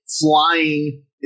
flying